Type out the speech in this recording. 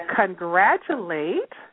congratulate